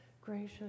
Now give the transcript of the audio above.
gracious